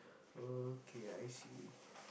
oh okay I see